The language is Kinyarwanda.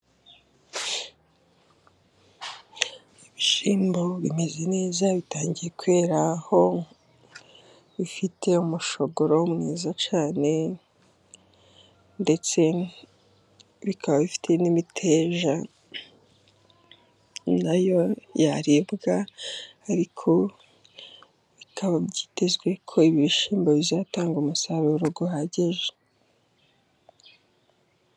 Ibishyimbo bimeze neza bitangiye kweraho ,bifite umushogoro mwiza cyane ndetse bikaba bifite n'imiteja na yo yaribwa ,ariko bikaba byitezweko ibi bishyimbo bizatanga umusaruro uhagije.